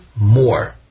more